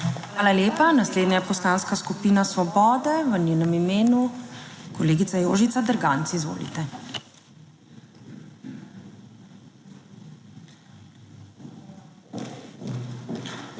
Hvala lepa. Naslednja Poslanska skupina Svobode. V njenem imenu kolegica Jožica Derganc. Izvolite. **JOŽICA